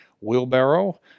wheelbarrow